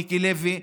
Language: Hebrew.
מיקי לוי,